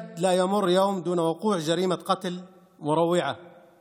בצל ההסלמה הגדולה וההידרדרות המסוכנת באירועי האלימות וקורבנות הפשע.